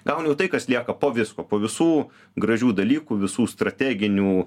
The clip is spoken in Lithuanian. gauni jau tai kas lieka po visko po visų gražių dalykų visų strateginių